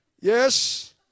Yes